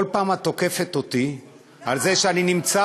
כל פעם את תוקפת אותי על זה שאני נמצא